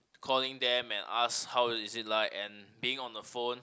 calling them and ask how is it like and being on the phone